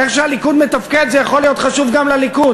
איך שהליכוד מתפקד, זה יכול להיות חשוב גם לליכוד,